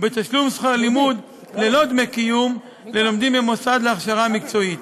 ובתשלום שכר לימוד ללא דמי קיום ללומדים במוסד להכשרה מקצועית.